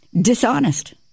dishonest